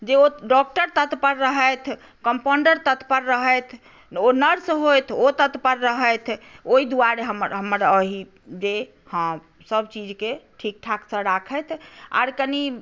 जे ओ डॉक्टर तत्पर रहथि कम्पाउण्डर तत्पर रहथि नर्स होथि ओ तत्पर रहथि ओहि दुआरे हमर अहि जे हँ सभ चीजकेँ ठीकठाकसँ राखथि आर कनि